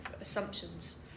assumptions